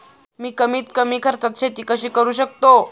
मी कमीत कमी खर्चात शेती कशी करू शकतो?